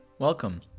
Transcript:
Welcome